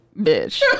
bitch